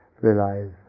realize